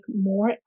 more